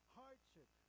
hardship